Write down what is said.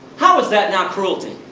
how is that not cruelty?